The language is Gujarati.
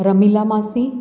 રમીલા માસી